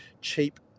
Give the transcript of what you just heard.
cheap